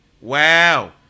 Wow